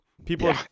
people